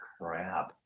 crap